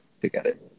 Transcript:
together